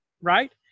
right